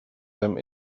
them